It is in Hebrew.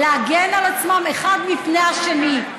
להגן על עצמם אחד מפני השני.